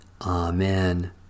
Amen